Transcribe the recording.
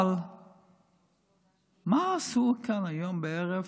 אבל מה עשו כאן היום בערב?